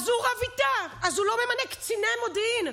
הוא רב איתה, אז הוא לא ממנה קציני מודיעין.